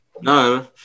no